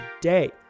day